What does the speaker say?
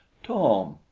tom!